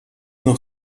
noch